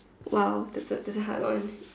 !wow! that's a that's a hard one